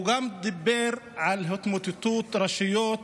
הוא גם דיבר על התמוטטות רשויות